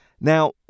now